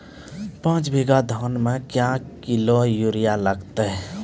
पाँच बीघा धान मे क्या किलो यूरिया लागते?